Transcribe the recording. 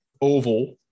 oval